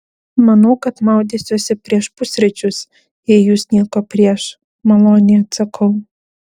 manau kad maudysiuosi prieš pusryčius jei jūs nieko prieš maloniai atsakau